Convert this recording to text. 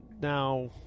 now